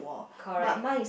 correct